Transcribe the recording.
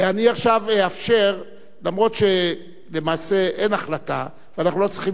למרות שלמעשה אין החלטה ואנחנו לא צריכים גם להצביע,